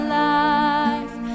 life